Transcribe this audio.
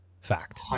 Fact